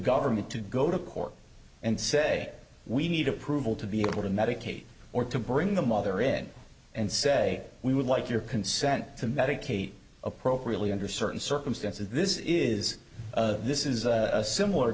government to go to court and say we need approval to be able to medicate or to bring the mother in and say we would like your consent to medicate appropriately under certain circumstances this is this is similar